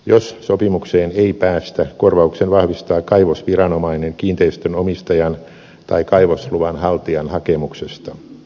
jos sopimukseen ei päästä korvauksen vahvistaa kaivosviranomainen kiinteistön omistajan tai kaivosluvan haltijan hakemuksesta